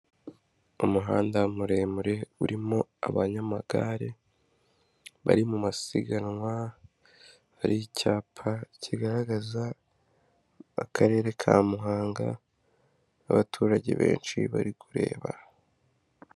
Umuhanda muremure urimo abanyamagare bari mu masiganwa, hari icyapa kigaragaza akarere ka muhanga abaturage benshi bari kureba.